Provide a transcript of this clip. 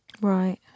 Right